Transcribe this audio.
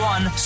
One